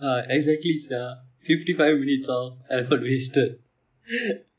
ah exactly sia fifty five minutes all effort wasted